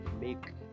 make